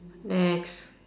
next